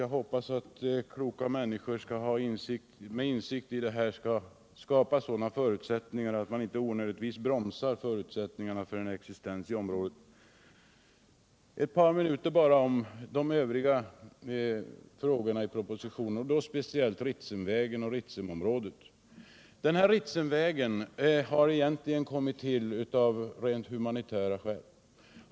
Jag hoppas att kloka människor med insikt i dessa frågor skall skapa sådana förutsättningar att man inte onödigtvis bromsar möjligheterna till en existens i området. Jag vill ägna ett par minuter åt de övriga frågorna i propositionen, då speciellt Ritsemvägen och Ritsemområdet. Ritsemvägen har egentligen kommit till av rent humanitära skäl.